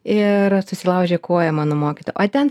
ir susilaužė koją mano mokytoja o ten